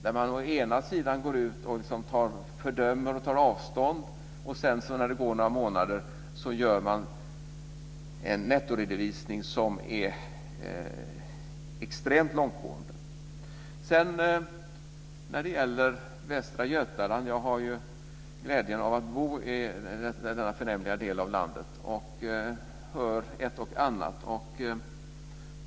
Först går man ut och fördömer och tar avstånd, och när det sedan har gått några månader gör man en nettoredovisning som är extremt långtgående. Så till Västra Götaland. Jag har ju glädjen av att bo i denna förnämliga del av landet och hör ett och annat.